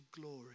glory